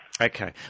Okay